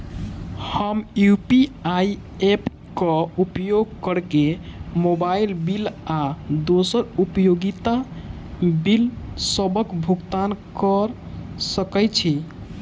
हम UPI app क उपयोग करके मोबाइल बिल आ दोसर उपयोगिता बिलसबक भुगतान कर सकइत छि